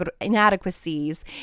inadequacies